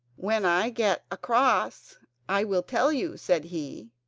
when i get across i will tell you said he.